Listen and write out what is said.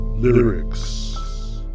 Lyrics